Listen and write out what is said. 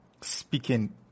speaking